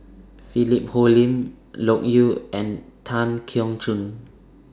Philip Hoalim Loke Yew and Tan Keong Choon